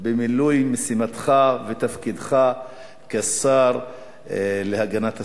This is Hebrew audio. במילוי משימתך ותפקידך כשר להגנת הסביבה.